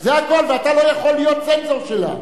זה הכול, ואתה לא יכול להיות צנזור שלה.